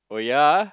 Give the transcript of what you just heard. oh ya